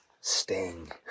sting